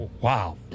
Wow